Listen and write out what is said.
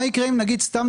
מה יקרה אם לדוגמה